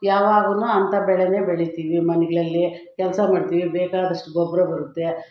ಯಾವಾಗ್ಲೂ ಅಂಥ ಬೆಳೆನೇ ಬೆಳಿತೀವಿ ಮನೆಗಳಲ್ಲಿ ಕೆಲಸ ಮಾಡ್ತೀವಿ ಬೇಕಾದಷ್ಟು ಗೊಬ್ಬರ ಬರುತ್ತೆ